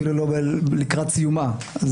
אפילו לא לקראת סיומה.